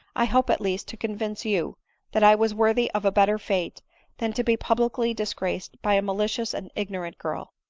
i hope, at least, to convince you that i was worthy of a better fate than to be publicly disgraced by a malicious and ignorant girl.